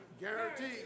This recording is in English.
Guaranteed